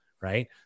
Right